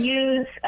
use